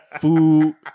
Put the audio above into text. food